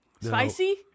Spicy